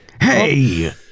Hey